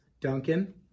Duncan